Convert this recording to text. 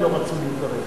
לא רצו להתערב בזה.